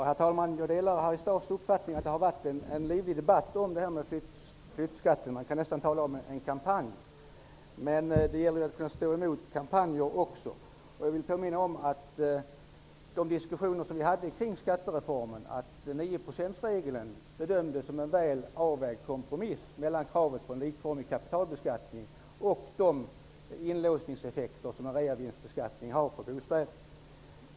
Herr talman! Jag håller med Harry Staaf om att det har varit en livlig debatt om flyttskatten. Man kan nästan tala om en kampanj. Det gäller också att kunna stå emot kampanjer. Jag vill påminna om de diskussioner som vi hade kring skattereformen, då 9-procentsregeln bedömdes som en väl avvägd kompromiss mellan kravet på en likformig kapitalbeskattning och de inlåsningseffekter som en reavinstbeskattning har på bostäder.